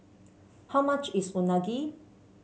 how much is Unagi